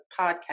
podcast